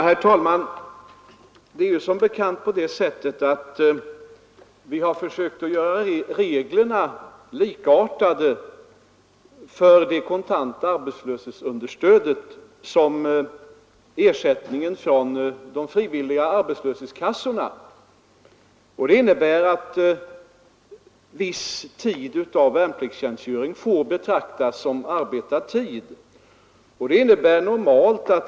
Herr talman! Vi har som bekant försökt att göra reglerna likartade för det kontanta arbetslöshetsunderstödet och ersättning från de frivilliga arbetslöshetskassorna. Detta innebär att viss tid av värnpliktstjänstgöringen får betraktas som arbetad tid.